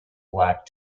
black